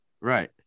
Right